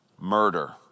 murder